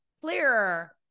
clearer